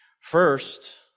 First